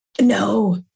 No